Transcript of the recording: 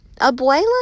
Abuela